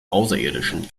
außerirdischen